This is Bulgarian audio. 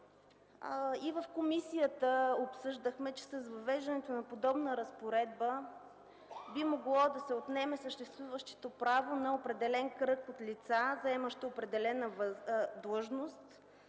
И в комисията обсъждахме, че с въвеждането на подобна разпоредба би могло да се отнеме съществуващото право на определен кръг от лица, заемащи определена длъжност,